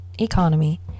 economy